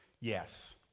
yes